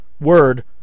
word